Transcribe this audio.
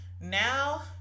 now